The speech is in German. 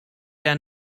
der